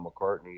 McCartney